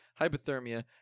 hypothermia